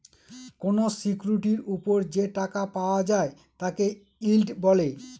কোনো সিকিউরিটির ওপর যে টাকা পাওয়া যায় তাকে ইল্ড বলে